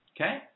okay